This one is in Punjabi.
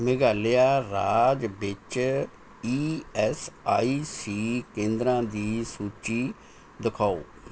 ਮੇਘਾਲਿਆ ਰਾਜ ਵਿੱਚ ਈ ਐਸ ਆਈ ਸੀ ਕੇਂਦਰਾਂ ਦੀ ਸੂਚੀ ਦਿਖਾਓ